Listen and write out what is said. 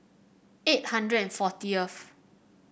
eight hundred and fortieth